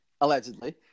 allegedly